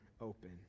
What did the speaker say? open